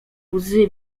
łzy